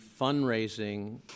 fundraising